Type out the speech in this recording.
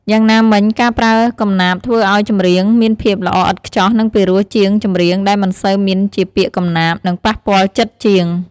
យ៉ាងណាមិញការប្រើកំណាព្យធ្វើឲ្យចម្រៀងមានភាពល្អឥតខ្ចោះនិងពិរោះជាងចម្រៀងដែលមិនសូវមានជាពាក្យកំណាព្យ និងប៉ះពាល់ចិត្តជាង។